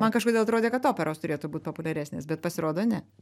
man kažkodėl atrodė kad operos turėtų būt populiaresnės bet pasirodo ne